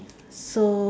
so